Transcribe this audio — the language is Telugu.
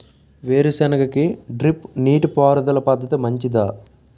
వేరుసెనగ కి డ్రిప్ నీటిపారుదల పద్ధతి మంచిదా?